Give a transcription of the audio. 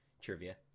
trivia